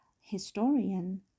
historian